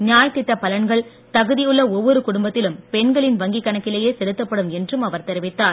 நியாய் திட்டப் பலன்ககள் தகுதியுள்ள ஒவ்வொரு குடும்பத்திலும் பெண்களின் வங்கிக் கணக்கிலேயே செலுத்தப் படும் என்றும் அவர் தெரிவித்தார்